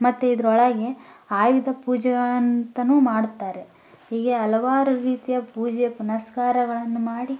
ಮತ್ತು ಇದರೊಳಗೆ ಆಯುಧ ಪೂಜೆ ಅಂತಲೂ ಮಾಡ್ತಾರೆ ಹೀಗೆ ಹಲವಾರು ರೀತಿಯ ಪೂಜೆ ಪುನಸ್ಕಾರಗಳನ್ನು ಮಾಡಿ